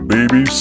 Baby